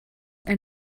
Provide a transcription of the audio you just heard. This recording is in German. ein